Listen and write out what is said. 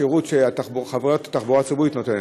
בשירות שחברת התחבורה הציבורית נותנת.